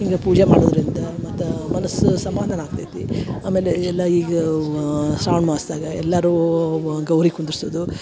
ಹಿಂಗೆ ಪೂಜಾ ಮಾಡೊದರಿಂದ ಮತ್ತು ಮನಸ್ಸು ಸಮಾಧಾನ ಆಗ್ತೈತಿ ಆಮೇಲೆ ಎಲ್ಲಾ ಈಗವು ಶ್ರಾವಣ ಮಾಸ್ದಾಗ ಎಲ್ಲರೂ ವ ಗೌರಿ ಕುಂದ್ರಸೋದು